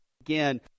again